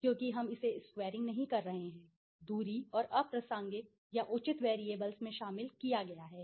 क्योंकि हम इसे स्क्वैरिंग नहीं कर रहे हैं दूरी और अप्रासंगिक या उचित वैरिएबल्स में शामिल किया गया है